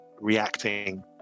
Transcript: reacting